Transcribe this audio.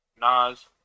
Nas